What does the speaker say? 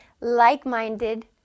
like-minded